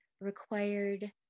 required